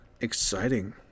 exciting